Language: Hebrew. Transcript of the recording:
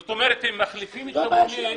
זאת אומרת, הם מחליפים את המונה,